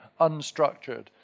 unstructured